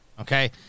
Okay